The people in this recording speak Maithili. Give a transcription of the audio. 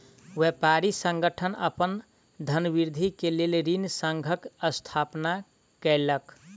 व्यापारी संगठन अपन धनवृद्धि के लेल ऋण संघक स्थापना केलक